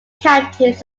captains